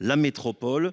La métropole,